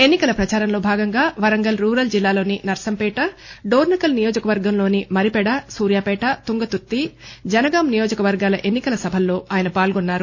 ఎన్నికల ప్రదారంలో భాగంగా వరంగల్ రూరల్ జిల్లాలోని నర్సంపేట డొర్మకల్ నియోజకవర్గంలోని మరిపెడ సూర్యాపేట తుంగతుర్తి జనగాం నియోజకవర్గాల ఎన్నికల సభల్లో పాల్గొన్నారు